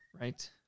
Right